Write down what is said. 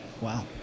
wow